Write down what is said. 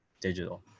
digital